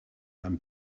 einem